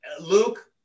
luke